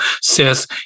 says